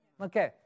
Okay